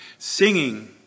singing